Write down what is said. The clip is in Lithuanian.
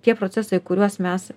tie procesai kuriuos mes